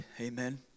Amen